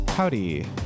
Howdy